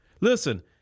Listen